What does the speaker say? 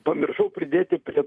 pamiršau pridėti prie